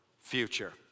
future